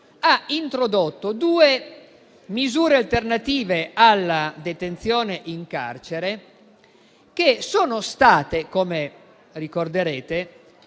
ha introdotto due misure alternative alla detenzione in carcere, che - come ricorderete